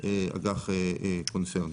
אג"ח קונצרני.